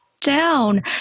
down